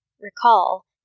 Recall